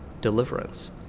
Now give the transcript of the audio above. deliverance